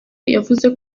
yavuze